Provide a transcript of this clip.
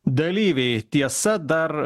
dalyviai tiesa dar